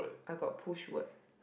I got push word